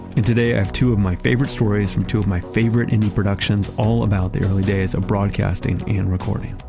and today i have two of my favorite stories from two of my favorite and new productions all about the early days of broadcasting and recording.